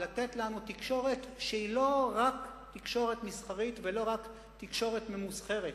לתת לנו תקשורת שהיא לא רק תקשורת מסחרית ולא רק תקשורת ממוסחרת.